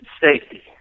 safety